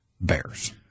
Bears